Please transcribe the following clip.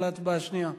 על ההודעה השנייה.